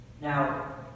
now